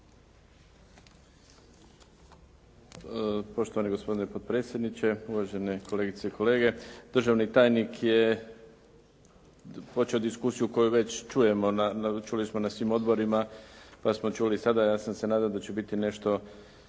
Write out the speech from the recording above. Poštovani gospodine potpredsjedniče, uvažene kolegice i kolege. Državni tajnik je počeo diskusiju koju čuli smo na svim odborima pa smo čuli i sada. Ja sam se nadao da će biti nešto